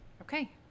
okay